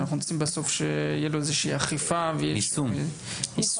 אנחנו רוצים בסוף שיהיה לו איזושהי אכיפה ויישום משמעותי.